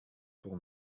pour